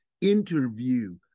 interview